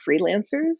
freelancers